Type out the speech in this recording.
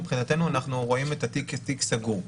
מבחינתנו אנחנו רואים את התיק כתיק סגור.